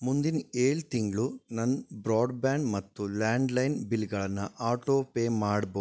ಮುಂದಿನ ಏಳು ತಿಂಗಳು ನನ್ನ ಬ್ರಾಡ್ಬ್ಯಾಂಡ್ ಮತ್ತು ಲ್ಯಾಂಡ್ಲೈನ್ ಬಿಲ್ಗಳನ್ನು ಆಟೋಪೇ ಮಾಡ್ಬೋದಾ